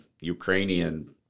Ukrainian